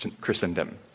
Christendom